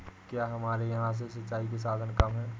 क्या हमारे यहाँ से सिंचाई के साधन कम है?